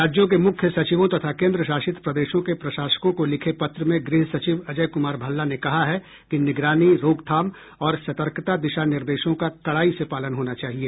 राज्यों के मुख्य सचिवों तथा केन्द्र शासित प्रदेशों के प्रशासकों को लिखे पत्र में गृह सचिव अजय कुमार भल्ला ने कहा है कि निगरानी रोकथाम और सतर्कता दिशा निर्देशों का कड़ाई से पालन होना चाहिए